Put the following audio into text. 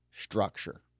structure